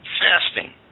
fasting